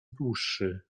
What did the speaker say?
dłuższy